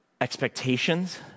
expectations